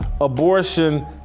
abortion